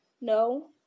No